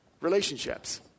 relationships